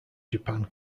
japan